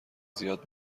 زیاد